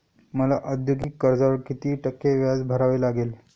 मला औद्योगिक कर्जावर किती टक्के व्याज भरावे लागेल?